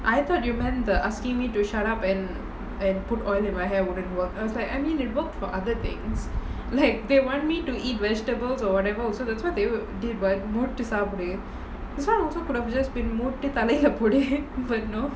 I thought you meant the asking me to shut up and and put oil in my hair wouldn't work I was like I mean it worked for other things like they want me to eat vegetables or whatever also that's what they will~ did [what] மூடிட்டு சாப்புடு:mooditu saapudu this [one] also could have just been மூடிட்டு தலைல போடு:mooditu thalaila podu but know